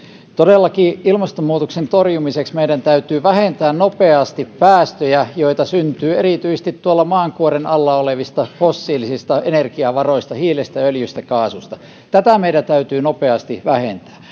todellakin ilmastonmuutoksen torjumiseksi meidän täytyy vähentää nopeasti päästöjä joita syntyy erityisesti maankuoren alla olevista fossiilisista energiavaroista hiilestä öljystä ja kaasusta tätä meidän täytyy nopeasti vähentää